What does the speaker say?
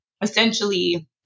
essentially